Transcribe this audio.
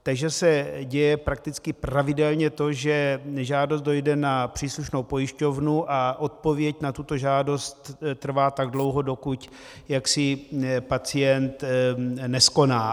Takže se děje prakticky pravidelně to, že žádost dojde na příslušnou pojišťovnu a odpověď na tuto žádost trvá tak dlouho, dokud pacient neskoná.